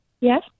Yes